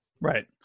right